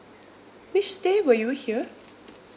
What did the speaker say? which day were you here